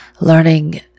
Learning